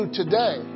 today